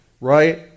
right